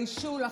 תתביישו לכם.